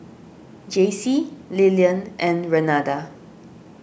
Jacey Lilian and Renada